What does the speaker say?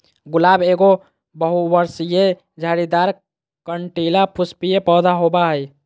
गुलाब एगो बहुवर्षीय, झाड़ीदार, कंटीला, पुष्पीय पौधा होबा हइ